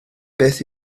beth